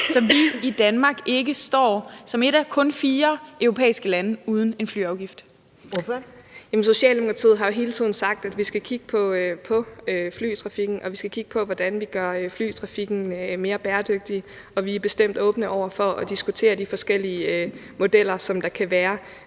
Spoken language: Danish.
næstformand (Karen Ellemann): Ordføreren. Kl. 11:09 Anne Paulin (S): Socialdemokratiet har jo hele tiden sagt, at vi skal kigge på flytrafikken, og at vi skal kigge på, hvordan vi gør flytrafikken mere bæredygtig, og vi er bestemt åbne over for at diskutere de forskellige modeller, der kan være.